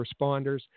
responders